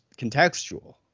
contextual